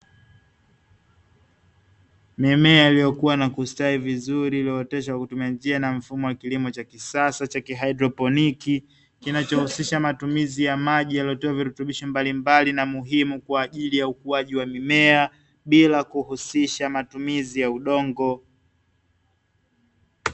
Mimea iliyokua na kustawi vizuri iliyooteshwa kwa kutumia njia na mfumo wa kilimo cha kisasa cha kihaidroponiki, kinachohusisha matumizi ya maji yaliyotiwa virutubisho mbalimbali na muhimu kwa ajili ya ukuaji wa mimea, bila kuhusisha matumizi ya udongo.